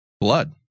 Blood